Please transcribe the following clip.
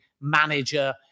manager